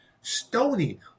stoning